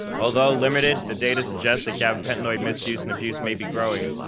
although limited, the data suggests that gabapentinoid misuse and abuse may be growing,